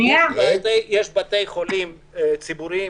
יש בתי חולים ציבוריים,